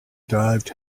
dived